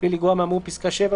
בלי לגרוע מהאמור בפסקה (7),